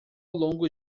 longo